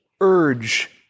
Urge